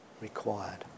required